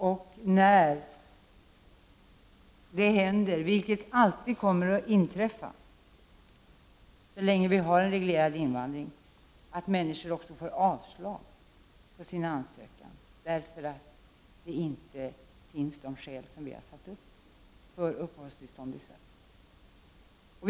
Men det händer, vilket alltid kommer att inträffa så länge vi har en reglerad invandring, att människor också får avslag på sin ansökan, därför att det inte finns sådana skäl som vi har satt upp som villkor för uppehållstillstånd i Sverige.